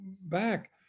back